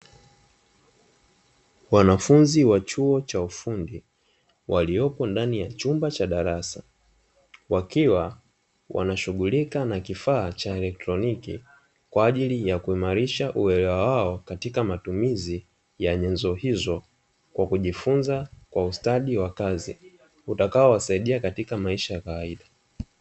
Wanafunzi wa chuo cha ufundi waliopo ndani ya chumba cha darasa, wakiwa wanashughulika na kifaa cha elekroniki kwa ajili ya kuimarisha uelewa wao katika matumizi ya nyenzo hizo, kwa kujifunza kwa ustadi wa kazi utakao wasaidia katika maisha ya kawaida.